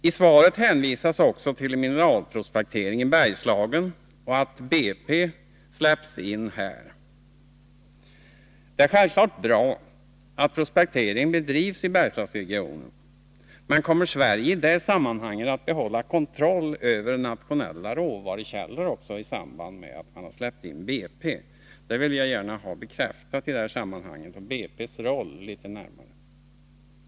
I svaret hänvisas också till mineralprospektering som sker i Bergslagen och till att BP släppts in i denna verksamhet. Det är självfallet bra att prospektering bedrivs i Bergslagsregionen, men kommer Sverige i detta sammanhang att behålla kontrollen över nationella råvarukällor också i samband med att man släpper in BP? Jag vill gärna ha BP:s roll i detta sammanhang klargjord.